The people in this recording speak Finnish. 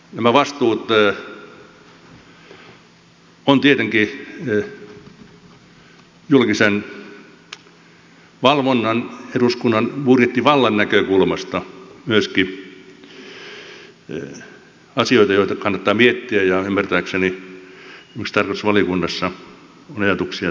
nämä vastuut ovat tietenkin julkisen valvonnan eduskunnan budjettivallan näkökulmasta myöskin asioita joita kannattaa miettiä ja ymmärtääkseni tarkastusvaliokunnassa on ajatuksia että niitä pitää tarkemmin miettiäkin